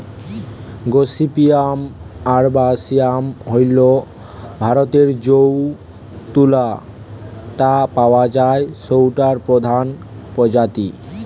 gossypium arboreum হইল ভারতরে যৌ তুলা টা পাওয়া যায় সৌটার প্রধান প্রজাতি